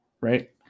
right